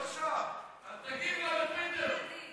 אז תגיב לה בטוויטר.